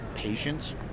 patience